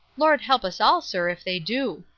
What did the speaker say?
lord help us all, sir, if they do.